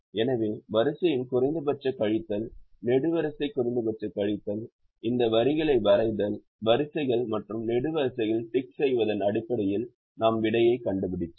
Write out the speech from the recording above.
எனவே வரிசையின் குறைந்தபட்ச கழித்தல் நெடுவரிசை குறைந்தபட்ச கழித்தல் இந்த வரிகளை வரைதல் வரிசைகள் மற்றும் நெடுவரிசைகளில் டிக் செய்வதன் அடிப்படையில் நாம் விடையை கண்டுபிடித்தோம்